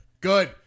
Good